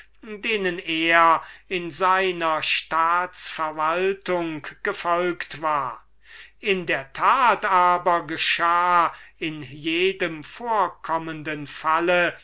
denen er in seiner staats-verwaltung gefolget war in der tat aber geschah in jedem vorkommenden falle